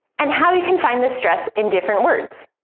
and how you can find the stress in different words.